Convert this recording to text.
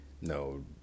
no